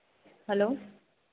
hello